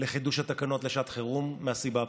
לחידוש התקנות לשעת חירום מהסיבה הפשוטה: